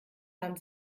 waren